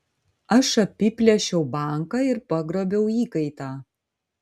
aš apiplėšiau banką ir pagrobiau įkaitą